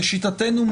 לשיטתנו,